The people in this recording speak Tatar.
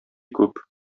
күп